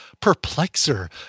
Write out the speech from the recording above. Perplexer